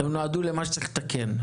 הן נועדו למה שצריך לתקן.